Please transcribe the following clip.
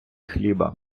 хліба